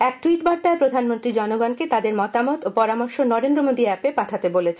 এক ট্যুইট বার্তায় প্রধানমন্ত্রী জনগণকে তাদের মতামত ও পরামর্শ নরেন্দ্র মোদী এপে পাঠাতে বলেছেন